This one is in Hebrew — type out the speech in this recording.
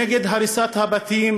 נגד הריסת הבתים